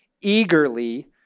eagerly